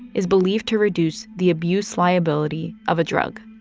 is believed to reduce the abuse liability of a drug,